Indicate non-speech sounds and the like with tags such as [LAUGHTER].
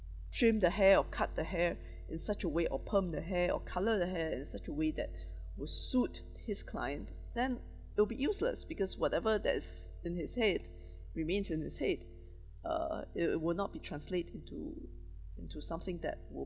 trim the hair or cut the hair [BREATH] in such a way or perm the hair or colour the hair in such a way that [BREATH] will suit his client then it'll be useless because whatever that's in his head remains in his head uh it it will not be translate into into something that will